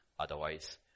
Otherwise